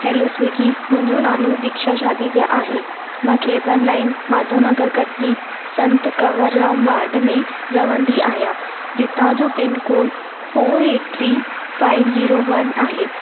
hello Swiggy मुंहिंजो नालो दिक्षा शादिजा आहे मां cable line Madhav Nagar Katni Sant Kanwar Ram ward में रहंदी आहियां जितां जो pincode four eight three five zero one आहे